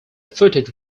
footage